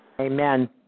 Amen